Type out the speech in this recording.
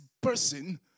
person